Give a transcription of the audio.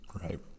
Right